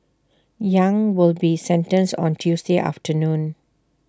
yang will be sentenced on Tuesday afternoon